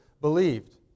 believed